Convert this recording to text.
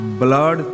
blood